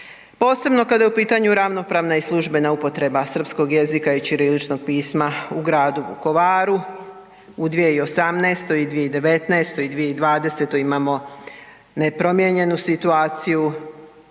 Posebno kada je u pitanju ravnopravna i službena upotreba srpskog jezika i ćiriličnog pisma u gradu Vukovaru, u 2018., u 2019. i 2020. imamo nepromijenjenu situaciju